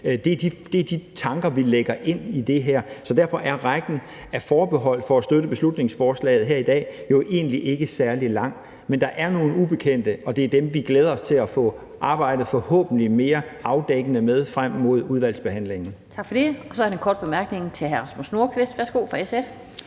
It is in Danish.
det er de tanker, vi lægger ind i det her. Derfor er rækken af forbehold for at støtte beslutningsforslaget her i dag jo egentlig ikke særlig lang, men der er nogle ubekendte, og det er dem, vi glæder os til at få arbejdet forhåbentlig mere afdækkende med frem mod udvalgsbehandlingen. Kl. 16:41 Den fg. formand (Annette Lind): Tak for det. Så er der en kort bemærkning fra hr. Rasmus Nordqvist fra SF.